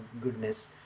goodness